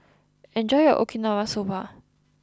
enjoy your Okinawa Soba